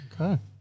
Okay